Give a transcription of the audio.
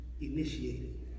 initiated